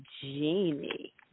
genie